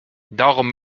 darum